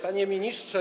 Panie Ministrze!